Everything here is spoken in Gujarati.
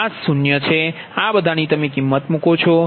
0 આ બધા ની તમે કિમત મૂકો છો